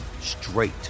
straight